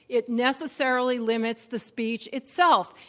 it necessarily limits the speech itself,